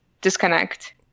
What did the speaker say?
disconnect